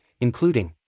including